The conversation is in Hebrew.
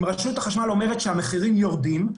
אם רשות החשמל אומרת שהמחירים יורדים,